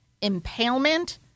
impalement